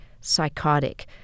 psychotic